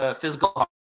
physical